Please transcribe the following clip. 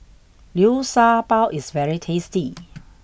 liu sha bao is very tasty